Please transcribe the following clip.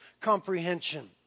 comprehension